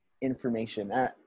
information